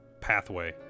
pathway